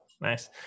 Nice